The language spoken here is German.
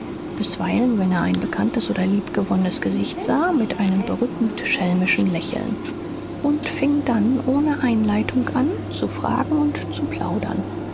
bisweilen wenn er ein bekanntes oder liebgewordenes gesicht sah mit einem berückend schelmischen lächeln und fing dann ohne einleitung an zu fragen und zu plaudern